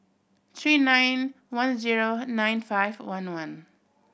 three nine one zero nine five one one